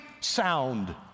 sound